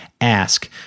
Ask